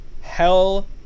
hell